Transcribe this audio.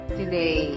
today